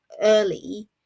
early